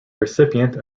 recipient